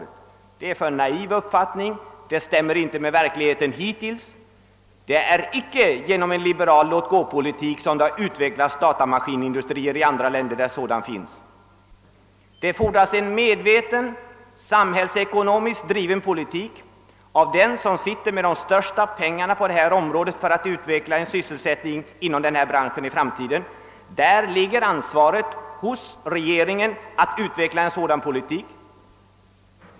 Det är en alldeles för naiv uppfattning. Den stämmer inte med verkligheten hittills. Det är icke genom en liberal låtgåpolitik som datamaskinindustrier har utvecklats i andra länder där sådana industrier finns. Det fordras en medveten samhällsekonomiskt driven politik av den som har de största penningresurserna för att utveckla en sysselsättning inom denna bransch i framtiden. Därför ligger ansvaret hos regeringen att bedriva en sådan politik.